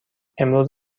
امروز